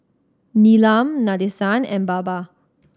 Neelam Nadesan and Baba